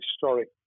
historic